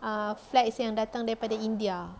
err flight yang datang dari india